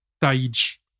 stage